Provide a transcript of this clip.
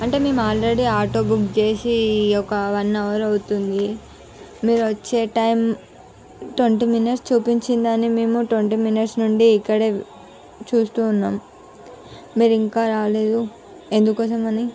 అంటే మేము already auto book చేసి ఒక వన్ అవర్ అవుతుంది మీరు వచ్చే టైం ట్వెంటీ మినిట్స్ చూపించిందని మేము ట్వెంటీ మినిట్స్ నుండి ఇక్కడే చూస్తూ ఉన్నాము మీరు ఇంకా రాలేదు ఎందుకోసమని